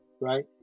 Right